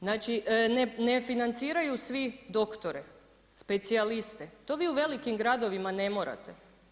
Znači, ne financiraju svi doktore, specijaliste, to vi u velikim gradovima ne morate.